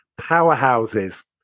powerhouses